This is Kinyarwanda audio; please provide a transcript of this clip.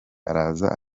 araza